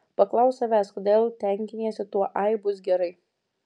paklausk savęs kodėl tenkiniesi tuo ai bus gerai